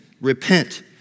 Repent